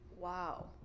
Wow